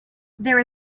there